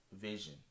vision